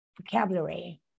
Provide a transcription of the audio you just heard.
vocabulary